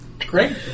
Great